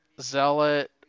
Zealot